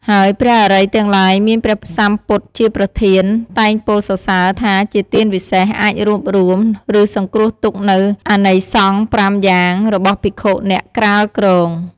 ហើយព្រះអរិយទាំងឡាយមានព្រះសម្ពុទ្ធជាប្រធាន តែងពោលសរសសើរថាជាទានវិសេស អាចរួបរួម ឬសង្គ្រោះទុកនូវអានិសង្ស៥យ៉ាងរបស់ភិក្ខុអ្នកក្រាលគ្រង។